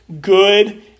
good